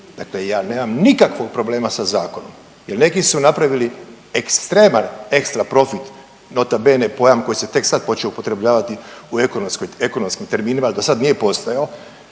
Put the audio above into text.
Dakle, ja nemam nikakvog problema sa zakonom, jer neki su napravili ekstreman ekstra profit nota bene pojam koji se tek sad počeo upotrebljavati u ekonomskim terminima, do sad nije postojao.